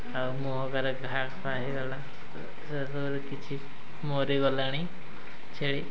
ଆଉ ମୁହଁରେ ଘାଫା ହେଇଗଲା ସେସବୁରେ କିଛି ମରି ଗଲାଣି ଛେଳି